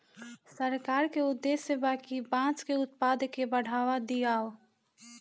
सरकार के उद्देश्य बा कि बांस के उत्पाद के बढ़ावा दियाव